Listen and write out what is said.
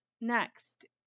Next